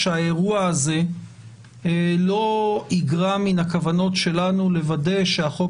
שהאירוע הזה לא יגרע מן הכוונות שלנו לוודא שהחוק